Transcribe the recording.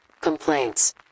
complaints